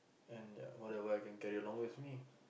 and ya whatever I can carry along with me